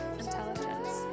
intelligence